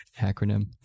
acronym